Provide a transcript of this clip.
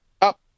up